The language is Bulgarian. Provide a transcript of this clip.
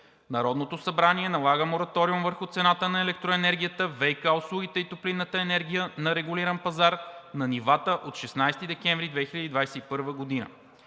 „Народното събрание налага мораториум върху цената на електроенергията, ВиК услугите и топлинната енергия на регулиран пазар на нивата от 16 декември 2021 г.“ 2.